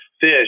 fish